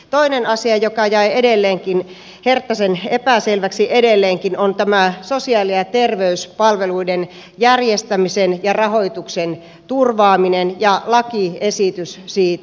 toinen asia joka jäi edelleenkin herttaisen epäselväksi on tämä sosiaali ja terveyspalveluiden järjestämisen ja rahoituksen turvaaminen ja lakiesitys siitä